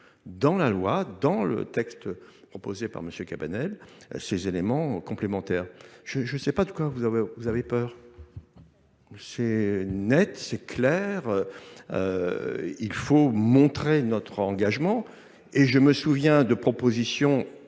dans la loi, dans le texte proposé par monsieur Cabanel, ces éléments complémentaires. Je ne sais pas de quoi vous avez peur. C'est net, c'est clair. Il faut montrer notre engagement. Et je me souviens de propositions,